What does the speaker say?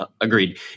Agreed